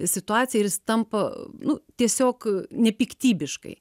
situacija ir jis tampa nu tiesiog nepiktybiškai